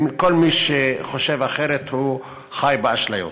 כל מי שחושב אחרת חי באשליות.